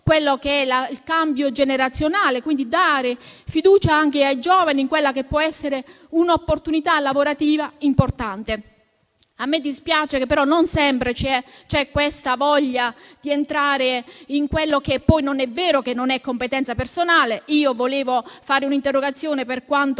il cambio generazionale, dare quindi fiducia anche ai giovani in quella che può essere un'opportunità lavorativa importante. A me dispiace che non sempre c'è questa voglia di entrare in quello che non è vero che non è sua competenza personale. Io volevo presentare un'interrogazione per quanto